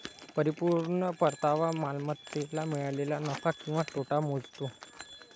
परिपूर्ण परतावा मालमत्तेला मिळालेला नफा किंवा तोटा मोजतो